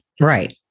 Right